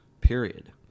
period